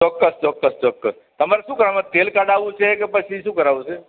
ચોક્કસ ચોક્કસ ચોક્કસ તમારે શું કામ હતું તેલ કઢાવું છે કે પછી શું કરાવું છે